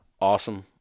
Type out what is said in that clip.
Awesome